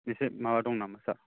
इसे माबा दं नामा